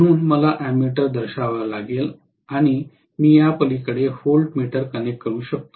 म्हणून मला अॅमेटर दर्शवावे लागेल आणि मी या पलिकडे व्होल्टमीटर कनेक्ट करू शकतो